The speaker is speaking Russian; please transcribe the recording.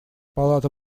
палата